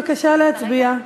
בבקשה להצביע.